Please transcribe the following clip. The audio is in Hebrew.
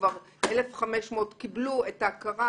כבר 1,500 קיבלו את ההכרה